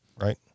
Right